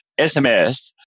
SMS